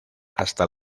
hasta